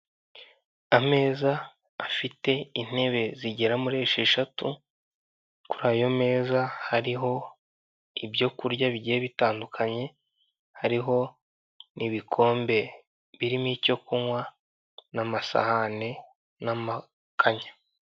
Ameza afite intebe zigera muri esheshatu, kuri ayo meza hariho ibyo kurya bigiye bitandukanye, hariho n'ibikombe birimo icyo kunywa n'amasahane n'amakanya.